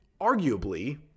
arguably